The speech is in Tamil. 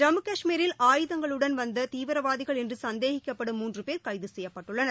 ஜம்மு கஷ்மீரில் ஆயுதங்களுடன் வந்த தீவிரவாதிகள் என்று சந்தேகிக்கப்படும் மூன்று போ கைது செய்யப்பட்டுள்ளனர்